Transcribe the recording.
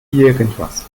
irgendwas